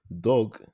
dog